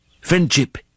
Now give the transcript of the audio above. friendship